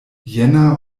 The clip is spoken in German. jänner